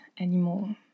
anymore